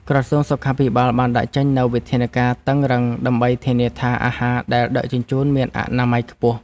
ក្រសួងសុខាភិបាលបានដាក់ចេញនូវវិធានការតឹងរ៉ឹងដើម្បីធានាថាអាហារដែលដឹកជញ្ជូនមានអនាម័យខ្ពស់។